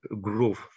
growth